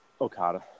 Okada